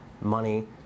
money